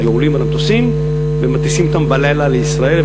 היו עולים על המטוסים ומטיסים אותם בלילה לישראל,